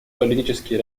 политические